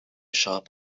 shop